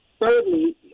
thirdly